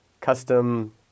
custom